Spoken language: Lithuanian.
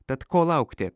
tad ko laukti